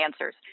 answers